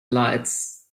lights